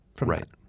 Right